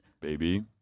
baby